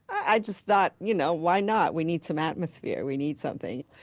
i just thought, you know, why not? we need some atmosphere. we need something.